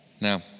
now